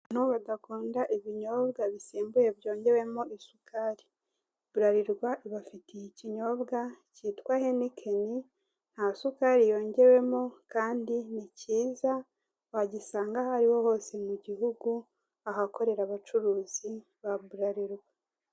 Abantu badakunda ibinyobwa bisembuye byongewemo isukari burarirwa ibafitiye ikinyobwa kitwa henikeni, ntasukari yongewemo kandi ni kiza wagisanga aho ariho hose mu gihugu ahakorera abacuruzi ba burarirwa.